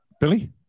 Billy